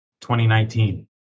2019